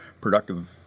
productive